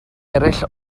eraill